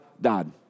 died